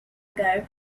ago